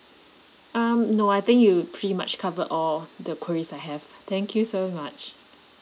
um no I think you pretty much covered all the queries I have thank you so much